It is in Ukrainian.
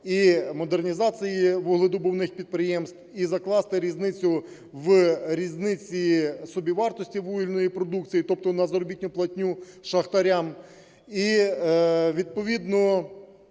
і модернізації вугледобувних підприємств і закласти різницю в різниці собівартості вугільної продукції, тобто на заробітну платню шахтарям.